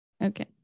okay